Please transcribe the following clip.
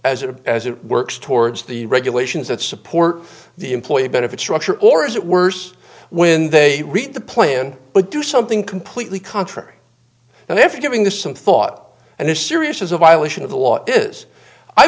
it as it works towards the regulations that support the employee benefit structure or is it worse when they read the plan but do something completely contrary and if you're giving this some thought and it's serious is a violation of the law is i